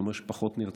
זה אומר פחות נרצחים,